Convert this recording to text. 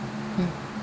mm